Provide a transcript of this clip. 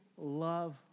Love